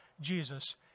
Jesus